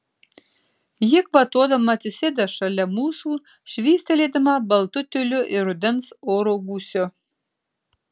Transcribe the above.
ji kvatodama atsisėda šalia mūsų švystelėdama baltu tiuliu ir rudens oro gūsiu